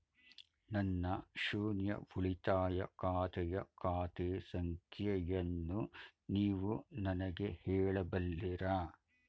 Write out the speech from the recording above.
ನನ್ನ ಶೂನ್ಯ ಉಳಿತಾಯ ಖಾತೆಯ ಖಾತೆ ಸಂಖ್ಯೆಯನ್ನು ನೀವು ನನಗೆ ಹೇಳಬಲ್ಲಿರಾ?